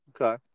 Okay